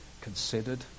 considered